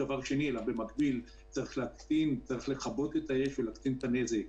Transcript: ובמקביל צריך לכבות את האש ולהקטין את הנזק,